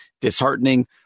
disheartening